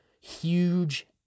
Huge